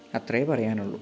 അത്രയെ പറയാനുള്ളൂ